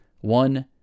One